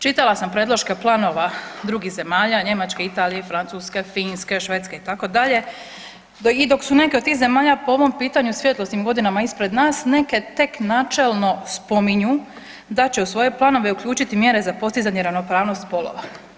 Čitala sam predloške planova drugih zemalja Njemačke, Italije, Francuske, Finske, Švedske itd. i dok su neke od tih zemalja po ovom pitanju svjetlosnim godinama ispred nas neke tek načelno spominju da će u svoje planove uključiti mjere za postizanje ravnopravnosti spolova.